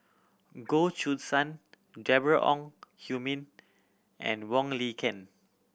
Goh Choo San Deborah Ong Hui Min and Wong Lin Ken